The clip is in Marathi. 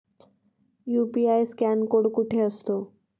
यु.पी.आय स्कॅन कोड कुठे असतो?